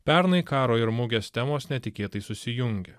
pernai karo ir mugės temos netikėtai susijungė